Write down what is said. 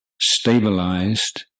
stabilized